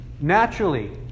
naturally